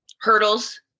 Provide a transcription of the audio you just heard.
hurdles